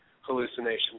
hallucinations